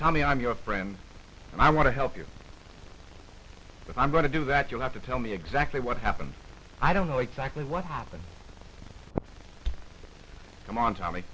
tommy i'm your friend and i want to help you but i'm going to do that you'll have to tell me exactly what happened i don't know exactly what happened come on t